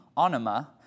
Anima